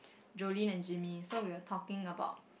Jolene and Jimmy so we were talking about